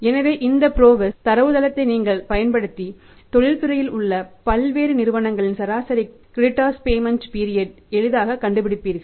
எனவே இந்த PROWESS தரவுத்தளத்தை நீங்கள் பயன்படுத்தி தொழில்துறையில் உள்ள பல்வேறு நிறுவனங்களின் சராசரி கிரெடிட் பேமெண்ட் பீரியட் ஐ எளிதாகக் கண்டுபிடிப்பீர்கள்